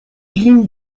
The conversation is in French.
ligne